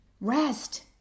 rest